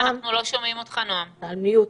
תגיד גלוי,